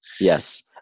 Yes